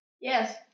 Yes